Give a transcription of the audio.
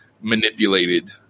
manipulated